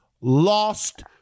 lost